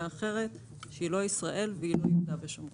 אחרת שהיא לא ישראל או יהודה ושומרון.